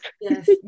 yes